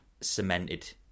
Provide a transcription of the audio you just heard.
cemented